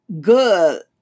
good